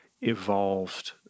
evolved